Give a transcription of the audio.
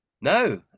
No